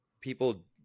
people –